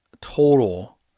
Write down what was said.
total